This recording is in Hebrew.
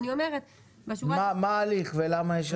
מה ההליך ולמה יש הליכים?